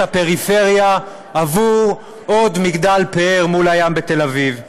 הפריפריה עבור עוד מגדל פאר מול הים בתל-אביב.